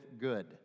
good